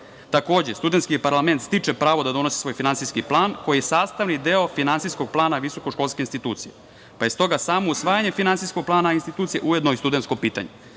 Takođe, studentski parlament stiče pravo da donosi svoj finansijski plan, koji je sastavni deo finansijskog plana visokoškolske institucije, pa je stoga samo usvajanje finansijskog plana institucije ujedno i studentsko pitanje. Dakle,